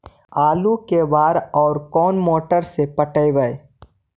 आलू के बार और कोन मोटर से पटइबै?